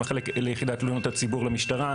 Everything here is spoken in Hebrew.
ליחידת תלונות הציבור למשטרה.